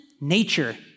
Nature